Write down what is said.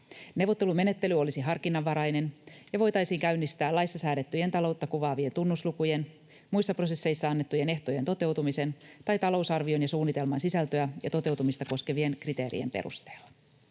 Neuvottelumenettely olisi harkinnanvarainen ja voitaisiin käynnistää laissa säädettyjen taloutta kuvaavien tunnuslukujen, muissa prosesseissa annettujen ehtojen toteutumisen tai talousarvion ja ‑suunnitelman sisältöä ja toteutumista koskevien kriteerien perusteella.